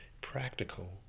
practical